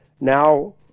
Now